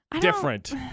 different